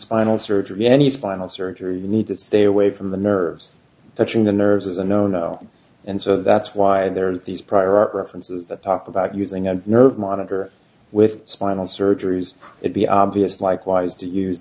spinal surgery any spinal surgery you need to stay away from the nerves touching the nerves is a no no and so that's why there is these prior art references that pop about using a nerve monitor with spinal surgeries it be obvious likewise to use